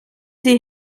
sie